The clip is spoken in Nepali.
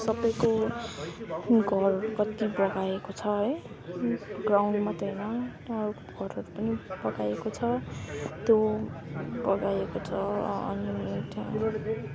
सबैको घरहरू कति बगाएको छ है ग्राउन्ड मात्रै होइन अरूको घरहरू पनि बगाएको छ त्यो बगाएको छ अनि एउटा